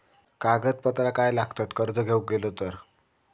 कागदपत्रा काय लागतत कर्ज घेऊक गेलो तर?